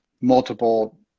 multiple